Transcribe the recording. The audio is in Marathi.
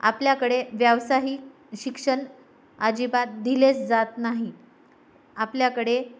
आपल्याकडे व्यावसायिक शिक्षण अजिबात दिलेच जात नाही आपल्याकडे